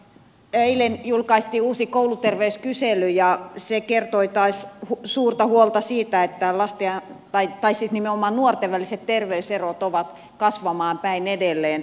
eilen julkaistiin uusi kouluterveyskysely ja se kertoi taas suurta huolta siitä että nimenomaan nuorten väliset terveyserot ovat kasvamaan päin edelleen